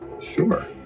Sure